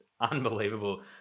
unbelievable